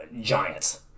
giants